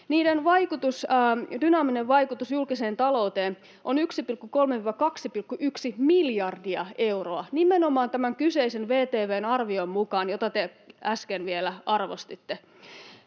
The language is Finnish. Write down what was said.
dynaaminen vaikutus julkiseen talouteen on 1,3—2,1 miljardia euroa nimenomaan tämän kyseisen VTV:n arvion mukaan, jota te äsken vielä arvostitte.